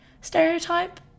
stereotype